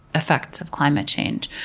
effects of climate change,